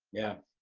yeah,